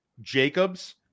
Jacobs